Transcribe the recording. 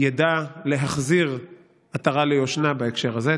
ידע להחזיר עטרה ליושנה בהקשר הזה.